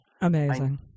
Amazing